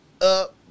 up